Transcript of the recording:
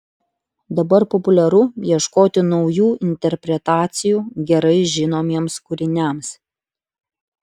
dabar populiaru ieškoti naujų interpretacijų gerai žinomiems kūriniams